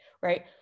right